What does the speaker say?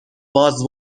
was